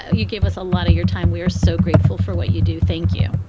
ah you gave us a lot of your time. we are so grateful for what you do. thank you.